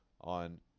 on